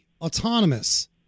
autonomous